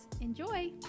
Enjoy